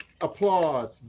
applause